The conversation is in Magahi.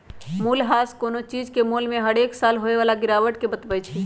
मूल्यह्रास कोनो चीज के मोल में हरेक साल होय बला गिरावट के बतबइ छइ